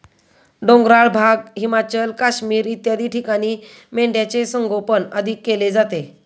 डोंगराळ भाग, हिमाचल, काश्मीर इत्यादी ठिकाणी मेंढ्यांचे संगोपन अधिक केले जाते